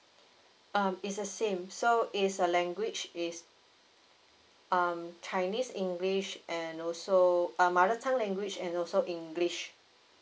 um it's the same so it's a language is um chinese english and also uh mother tongue language and also english